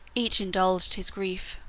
each indulged his grief.